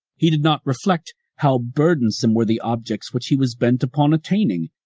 he did not reflect how burdensome were the objects which he was bent upon attaining,